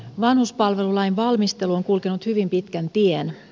vanhuspalvelulain valmistelu on kulkenut hyvin pitkän tien